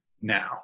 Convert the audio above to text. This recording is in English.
now